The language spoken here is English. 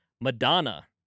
Madonna